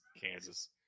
Kansas